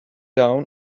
down